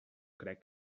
crec